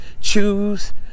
Choose